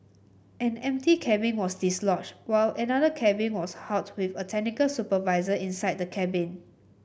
an empty cabin was dislodged while another cabin was halted with a technical supervisor inside the cabin